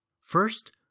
First